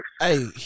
Hey